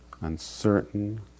uncertain